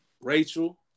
Rachel